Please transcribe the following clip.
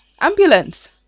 ambulance